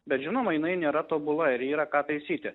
bet žinoma jinai nėra tobula ir yra ką taisyti